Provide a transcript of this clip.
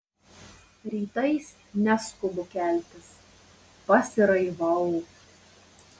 rytais neskubu keltis pasiraivau